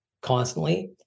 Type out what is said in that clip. constantly